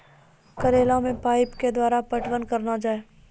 करेला मे पाइप के द्वारा पटवन करना जाए?